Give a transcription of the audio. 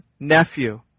Nephew